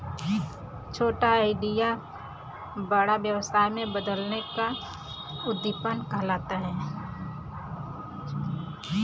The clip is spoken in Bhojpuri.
छोटा आईडिया क बड़ा व्यवसाय में बदले क आंत्रप्रनूरशिप या उद्दमिता कहल जाला